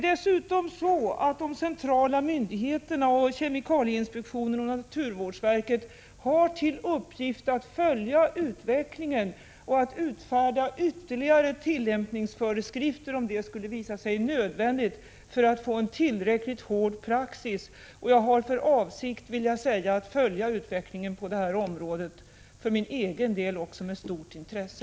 Dessutom har de centrala myndigheterna, kemikalieinspektionen och naturvårdsverket, till uppgift att följa utvecklingen och att utfärda ytterligare tillämpningsföreskrifter om det skulle visa sig nödvändigt för att få en tillräckligt hård praxis. Jag har också för egen del för avsikt att följa utvecklingen på detta område med stort intresse.